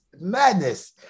madness